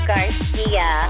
Garcia